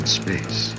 space